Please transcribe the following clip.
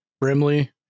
Brimley